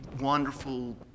wonderful